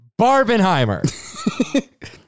Barbenheimer